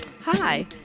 Hi